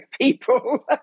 people